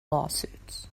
lawsuits